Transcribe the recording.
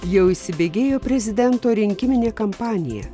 jau įsibėgėjo prezidento rinkiminė kampanija